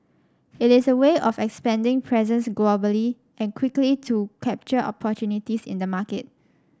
it is a way of expanding presence globally and quickly to capture opportunities in the market